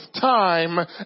time